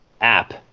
app